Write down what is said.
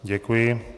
Děkuji.